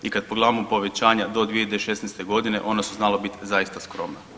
I kad pogledamo povećanja do 2016. godine ona su znala biti zaista skromna.